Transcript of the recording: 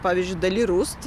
pavyzdžiui dali rust